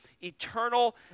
eternal